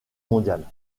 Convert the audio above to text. mondiale